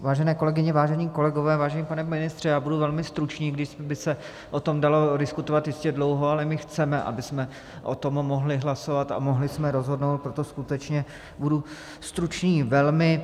Vážené kolegyně, vážení kolegové, vážený pane ministře, budu velmi stručný, i když by se o tom dalo diskutovat ještě dlouho, ale my chceme, abychom o tom mohli hlasovat a mohli jsme rozhodnout, proto skutečně budu stručný velmi.